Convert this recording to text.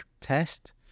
test